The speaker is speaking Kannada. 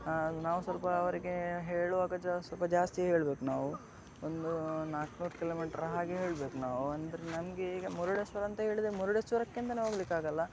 ನಾವು ಸ್ವಲ್ಪ ಅವರಿಗೆ ಹೇಳುವಾಗ ಜಾ ಸ್ವಲ್ಪ ಜಾಸ್ತಿ ಹೇಳ್ಬೇಕು ನಾವು ಒಂದು ನಾಲ್ಕ್ನೂರು ಕಿಲೋಮೀಟ್ರ್ ಹಾಗೆ ಹೇಳ್ಬೇಕು ನಾವು ಅಂದ್ರೆ ನಮ್ಗೆ ಈಗ ಮುರುಡೇಶ್ವರ ಅಂತ ಹೇಳಿದೆ ಮುರುಡೇಶ್ವರಕ್ಕೆ ಅಂತಲೇ ಹೋಗಲಿಕ್ಕಾಗಲ್ಲ